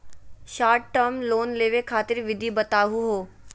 Short term loan लेवे खातीर विधि बताहु हो?